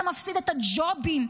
אתה מפסיד את הג'ובים,